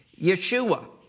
Yeshua